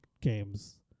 Games